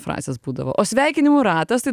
frazės būdavo o sveikinimų ratas tai